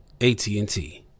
AT&T